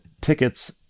tickets